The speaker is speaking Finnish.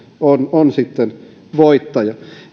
on on sitten voittaja